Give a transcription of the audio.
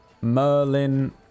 Merlin